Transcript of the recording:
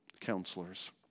counselors